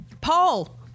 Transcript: Paul